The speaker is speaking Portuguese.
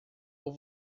por